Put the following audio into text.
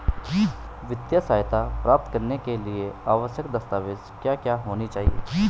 वित्तीय सहायता प्राप्त करने के लिए आवश्यक दस्तावेज क्या क्या होनी चाहिए?